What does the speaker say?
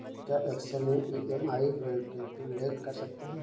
क्या एक्सेल में EMI calculate कर सकते हैं?